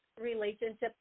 relationship